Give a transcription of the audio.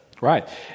Right